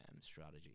strategy